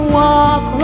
walk